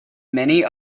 many